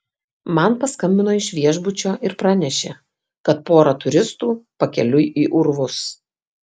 man paskambino iš viešbučio ir pranešė kad pora turistų pakeliui į urvus